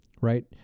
right